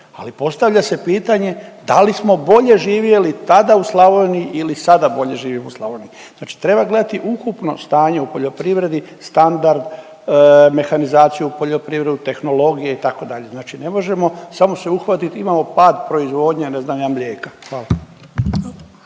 ali postavlja se pitanje da li smo bolje živjeli tada u Slavoniji ili sada bolje živimo u Slavoniji. Znači treba gledati ukupno stanje u poljoprivredi, standard, mehanizaciju u poljoprivredi, tehnologije itd. Znači ne možemo samo se uhvatiti, imamo pad proizvodnje ne znam ja mlijeka. Hvala.